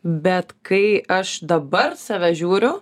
bet kai aš dabar save žiūriu